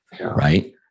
right